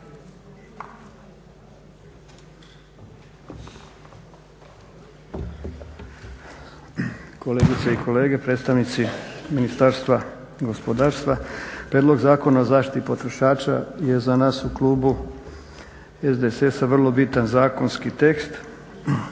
Kolegice i kolege, predstavnici Ministarstva gospodarstva. Prijedlog zakona o zaštiti potrošača je za nas u klubu SDSS-a vrlo bitan zakonski tekst